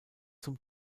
zum